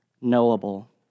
knowable